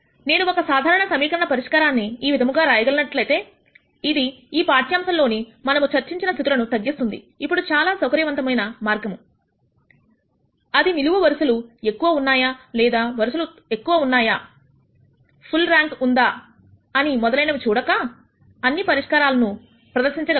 నేను ఒక సాధారణ సమీకరణ పరిష్కారాన్ని ఈ విధముగా రాయగలిగిన అట్లయితే ఇది ఈ పాఠ్యాంశంలో ని మనము చర్చించిన స్థితులను తగ్గిస్తుంది ఇప్పుడు చాలా సౌకర్యవంతమైన మార్గము అది నిలువు వరుసలు ఎక్కువ ఉన్నాయా లేదా వరుసలు ఎక్కువ ఉన్నాయా ఫుల్ రాంక్ ఉందా అని మొదలైనవి చూడక అన్ని పరిష్కారాలను ప్రదర్శించగలదు